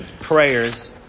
prayers